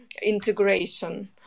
Integration